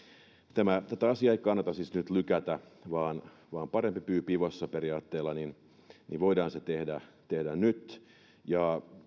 tätä asiaa ei siis kannata nyt lykätä vaan vaan parempi pyy pivossa periaatteella voidaan tehdä se nyt